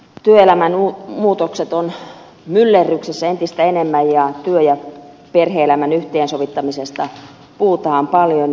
työelämän muutokset ovat myllerryksessä entistä enemmän ja työ ja perhe elämän yhteensovittamisesta puhutaan paljon